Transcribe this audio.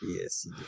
Yes